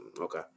Okay